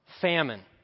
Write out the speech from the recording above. Famine